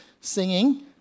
singing